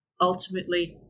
ultimately